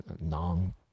non